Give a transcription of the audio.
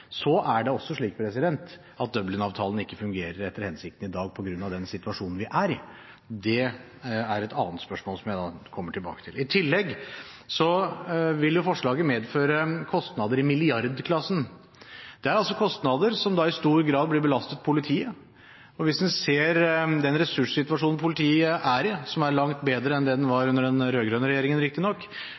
Så er det også slik at Dublin-avtalen ikke fungerer etter hensikten i dag, på grunn av den situasjonen vi er i, men det er et annet spørsmål, som jeg kommer tilbake til. I tillegg vil forslaget medføre kostnader i milliardklassen. Det er kostnader som i stor grad blir belastet politiet, og hvis en ser på den ressurssituasjonen politiet er i, som er langt bedre enn det den var under den rød-grønne regjeringen, riktignok,